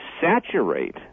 saturate